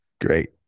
great